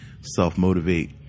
self-motivate